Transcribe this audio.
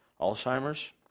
Alzheimer's